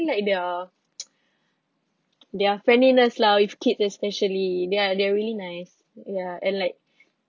like their their friendliness lah with kids especially they are they are really nice ya and like